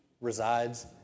resides